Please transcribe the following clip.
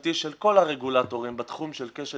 הממשלתי של כל הרגולטורים בתחום של כשל